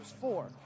four